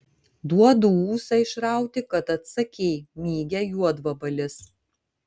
duodu ūsą išrauti kad atsakei mygia juodvabalis